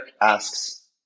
asks